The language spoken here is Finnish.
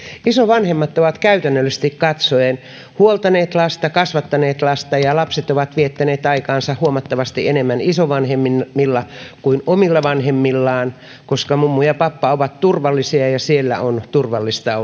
isovanhemmat ovat käytännöllisesti katsoen huoltaneet lasta kasvattaneet lasta ja lapset ovat viettäneet aikaansa huomattavasti enemmän isovanhemmillaan kuin omilla vanhemmillaan koska mummu ja pappa ovat turvallisia ja siellä on turvallista